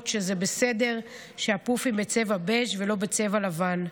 שזה בסדר שהפופים בצבע בז' ולא בצבע לבן,